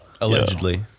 Allegedly